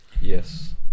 Yes